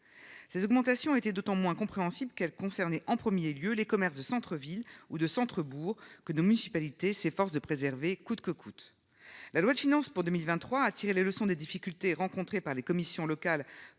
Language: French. Ces augmentations étaient d'autant moins compréhensible qu'elle concernait en 1er lieu les commerces de centre-ville ou de centre-, bourg que nos municipalités s'efforce de préserver coûte que coûte. La loi de finances pour 2023 a tiré les leçons des difficultés rencontrées par les commissions locales